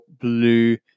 blue